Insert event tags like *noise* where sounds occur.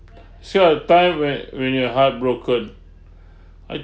say your time where when you're heartbroken *breath* I